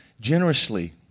generously